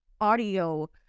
audio